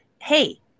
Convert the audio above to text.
hey